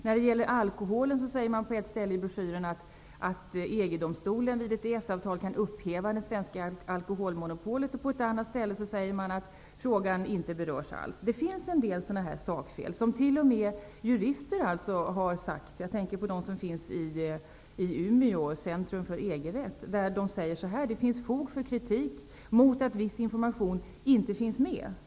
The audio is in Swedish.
När det gäller alkohol säger man på ett ställe i broschyren att EG-domstolen vid ett EES-avtal kan upphäva det svenska alkoholmonopolet. På ett annat ställe säger man att frågan inte berörs alls. Det finns en del sådana här sakfel som t.o.m. jurister har noterat. Jag tänker på dem som finns i Umeå, Centrum för EG-rätt. De säger så här: Det finns fog för kritik mot att viss information inte finns med.